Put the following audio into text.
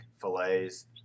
fillets